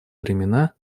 времена